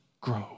grow